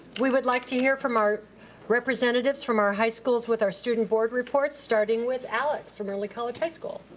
we would like to hear from our representatives from our high schools with our student board reports, starting with alex, from early college high school.